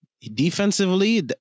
defensively